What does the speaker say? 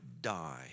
die